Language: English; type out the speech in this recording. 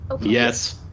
Yes